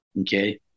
okay